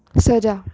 ਸਜ਼ਾ